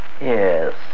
Yes